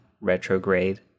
retrograde